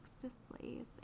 displays